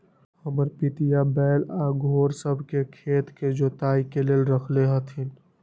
हमर पितिया बैल आऽ घोड़ सभ के खेत के जोताइ के लेल रखले हथिन्ह